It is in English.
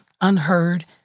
unheard